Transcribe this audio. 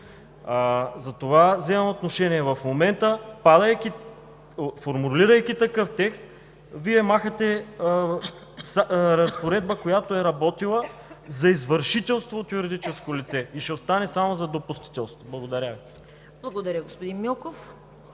Затова вземам отношение в момента – формулирайки такъв текст, махате разпоредба, която е работила за извършителство от юридическо лице и ще остане само за допустителство. Благодаря Ви. ПРЕДСЕДАТЕЛ ЦВЕТА